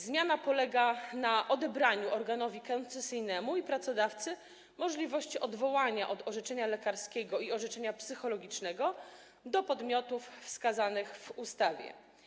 Zmiana polega na odebraniu organowi koncesyjnemu i pracodawcy możliwości odwołania od orzeczenia lekarskiego i orzeczenia psychologicznego do podmiotów wskazanych w ustawie.